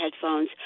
headphones